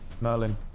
Merlin